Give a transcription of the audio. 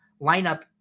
lineup